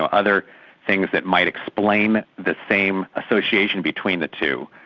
ah other things that might explain the same association between the two,